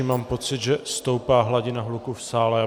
Mám pocit, že stoupá hladina hluku v sále.